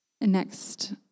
Next